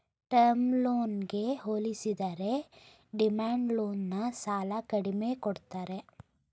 term ಲೋನ್ಗೆ ಹೋಲಿಸಿದರೆ demand loan ನ ಸಾಲ ಕಡಿಮೆ ಕೊಡ್ತಾರೆ